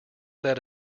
that